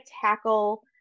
tackle